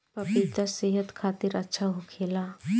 पपिता सेहत खातिर अच्छा होखेला